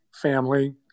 family